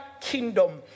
kingdom